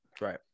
right